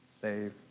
save